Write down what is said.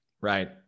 Right